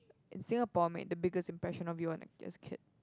in Singapore made the biggest impression of you on you as kid